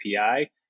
API